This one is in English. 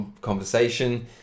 conversation